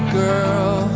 girl